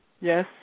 Yes